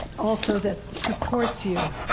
also that supports you.